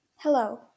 Hello